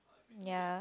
ya